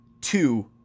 two